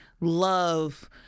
love